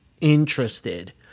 interested